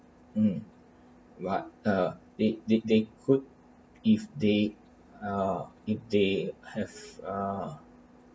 mm what uh they they they could if they ah if they have ah